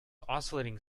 oscillating